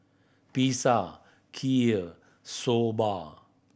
Pizza Kheer Soba